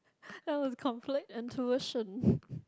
that was complete intuition